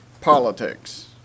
politics